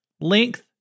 length